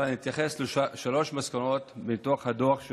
אבל אתייחס לשלוש מסקנות מהדוח: